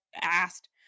asked